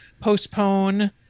postpone